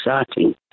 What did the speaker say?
exciting